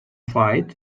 fight